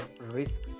risk